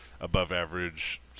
above-average